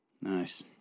nice